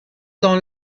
dans